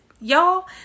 Y'all